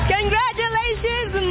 ，Congratulations